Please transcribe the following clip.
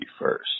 first